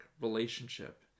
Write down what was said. relationship